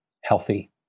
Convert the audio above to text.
healthy